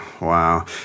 wow